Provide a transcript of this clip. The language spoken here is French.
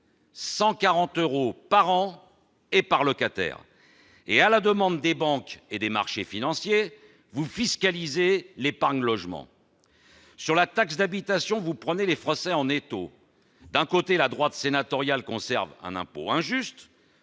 140 euros par an et par locataire. Et à la demande des banques et des marchés financiers, vous fiscalisez l'épargne logement ! Concernant la taxe d'habitation, vous prenez les Français en étau : d'un côté, la droite sénatoriale maintient un impôt injuste